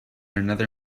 another